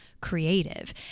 creative